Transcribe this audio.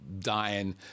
dying